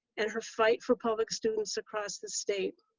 and her fight for public students across the state.